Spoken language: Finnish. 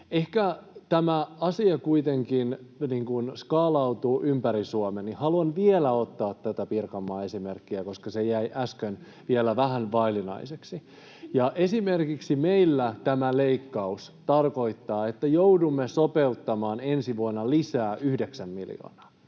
Koska tämä asia kuitenkin skaalautuu ympäri Suomen, niin haluan vielä ottaa tätä Pirkanmaan esimerkkiä, koska se jäi äsken vielä vähän vaillinaiseksi. Esimerkiksi meillä tämä leikkaus tarkoittaa, että joudumme sopeuttamaan ensi vuonna lisää yhdeksän miljoonaa.